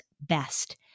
best